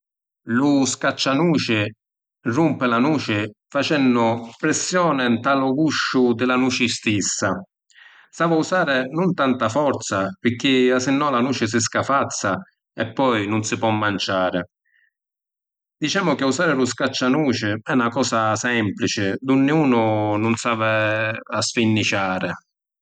Lu scaccianuci rumpi la nuci facennu pressioni nta lu gusciu di la nuci stissa. S’havi a usari nun tanta forza pirchì masinnò la nuci si scafazza e poi nun si po’ manciari. Dicemu chi usari lu scaccianuci è na cosa semplici, d’unni unu nun s’havi a sfirniciàri.